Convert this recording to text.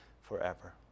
forever